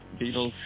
Beatles